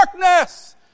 darkness